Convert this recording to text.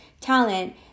talent